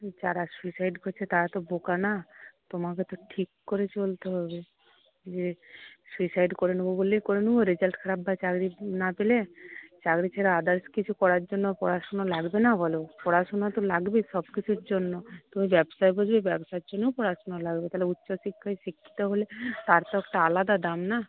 যারা সুইসাইড করছে তারা তো বোকা না তোমাকে তো ঠিক করে চলতে হবে যে সুইসাইড করে নেব বললেই করে নেব রেজাল্ট খারাপ বা চাকরি না পেলে চাকরি ছাড়া আদার্স কিছু করার জন্য পড়াশোনা লাগবে না বলো পড়াশোনা তো লাগবে সবকিছুর জন্য তুমি ব্যবসায় বসলে ব্যবসার জন্যও পড়াশোনা লাগবে তাহলে উচ্চশিক্ষায় শিক্ষিত হলে তার তো একটা আলাদা দাম না